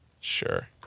Sure